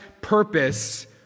purpose